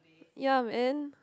ya man